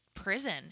prison